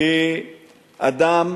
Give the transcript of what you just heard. כשאדם,